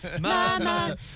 Mama